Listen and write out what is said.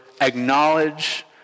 acknowledge